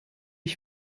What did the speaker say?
ich